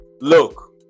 Look